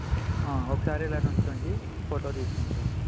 ఒకసారి ఇలా నిలిచోండి ఫోటో తీసుకుంటాను